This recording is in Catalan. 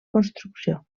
construcció